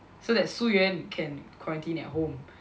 so that Su Yuan can quarantine at home